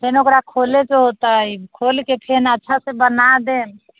पहिले ओकरा खोलैके हौते खोलिकऽ फेर ओकरा अच्छासँ बना देम